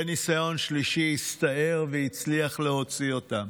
הסתער והצליח להוציא אותם